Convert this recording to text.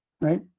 Right